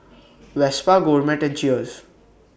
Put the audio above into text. Vespa Gourmet and Cheers